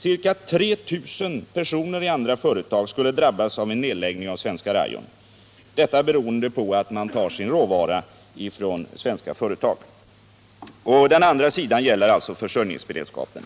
Ca 3 000 personer i andra företag skulle drabbas av en nedläggning av Svenska Rayon — detta beroende på att man tar sin råvara från svenska företag. En annan sida av problemen gäller försörjningsberedskapen.